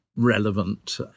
relevant